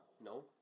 no